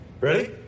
Ready